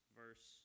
verse